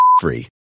free